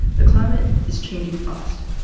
the climate is changing fast,